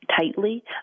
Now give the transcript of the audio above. tightly –